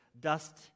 dust